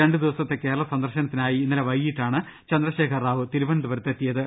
രണ്ടു ദിവസത്തെ കേരള സന്ദർശനത്തിനായി ഇന്നലെ വൈകീ ട്ടാണ് ചന്ദ്രശേഖർ റാവു തിരുവനന്തപുരത്തെത്തിയത്